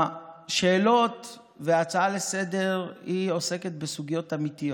השאלות וההצעה לסדר-היום עוסקות בסוגיות אמיתיות.